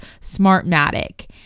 Smartmatic